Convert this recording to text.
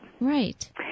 Right